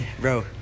Bro